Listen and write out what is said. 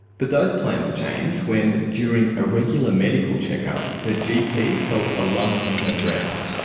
but those plans changed when during a regular medical check-up her gp felt a lump in her breast.